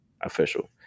official